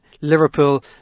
Liverpool